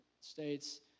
States